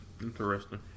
interesting